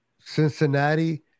Cincinnati